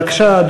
בבקשה,